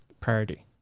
priority